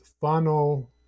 funnel